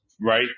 right